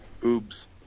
boobs